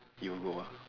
you will go ah